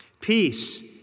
Peace